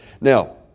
Now